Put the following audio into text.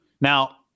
Now